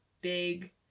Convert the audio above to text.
big